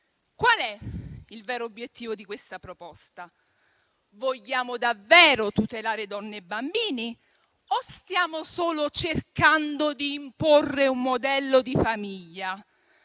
quale sia il vero obiettivo di questa proposta: vogliamo davvero tutelare donne e bambini o stiamo solo cercando di imporre un modello di famiglia?